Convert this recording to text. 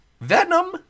Venom